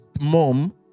mom